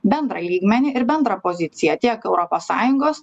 bendrąjį lygmenį ir bendrą poziciją tiek europos sąjungos